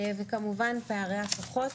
וכמובן פערי הכוחות.